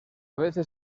veces